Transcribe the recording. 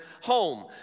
home